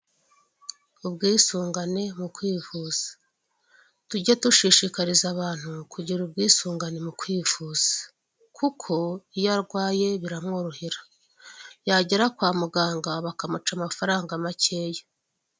Ubwisungane mu kwivuza. Tuge dushishikariza abantu kugira ubwisungane mu kwivuza kuko iyo arwaye biramworohera yagera kwa muganga bakamuca amafaranga makeya.